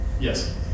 Yes